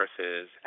versus